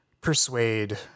persuade